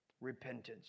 Repentance